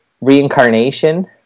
reincarnation